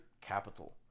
capital